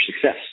success